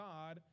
God